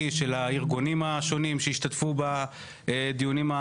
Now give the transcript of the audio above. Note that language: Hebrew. ושל הארגונים השונים שמשתתפים בדיונים.